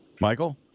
michael